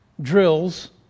drills